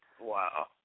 Wow